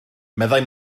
meddai